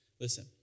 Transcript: listen